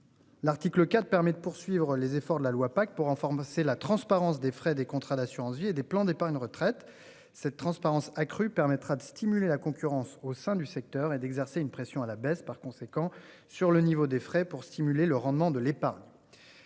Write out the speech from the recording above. L'article 4 permet de poursuivre les efforts de la loi pacte pour renforcer la transparence des frais des contrats d'assurance vie et des plans d'épargne retraite cette transparence accrue permettra de stimuler la concurrence au sein du secteur et d'exercer une pression à la baisse par conséquent sur le niveau des frais pour stimuler le rendement de l'épargne.